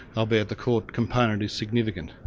albeit the court component is significant.